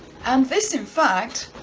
and this in fact,